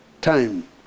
time